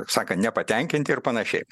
kaip sakant nepatenkinti ir panašiai